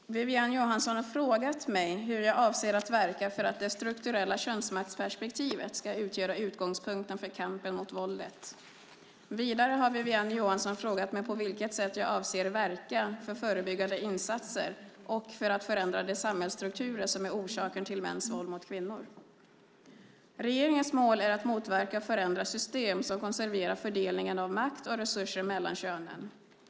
Fru talman! Wiwi-Anne Johansson har frågat mig hur jag avser att verka för att det strukturella könsmaktsperspektivet ska utgöra utgångspunkten för kampen mot våldet. Vidare har Wiwi-Anne Johansson frågat mig på vilket sätt jag avser att verka för förebyggande insatser och för att förändra de samhällsstrukturer som är orsaken till mäns våld mot kvinnor. Regeringens mål är att motverka och förändra system som konserverar fördelningen av makt och resurser mellan könen.